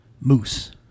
moose